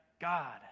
God